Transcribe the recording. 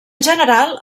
general